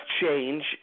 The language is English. change